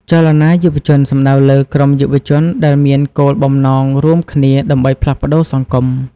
ចលនាយុវជនសំដៅលើក្រុមយុវជនដែលមានគោលបំណងរួមគ្នាដើម្បីផ្លាស់ប្ដូរសង្គម។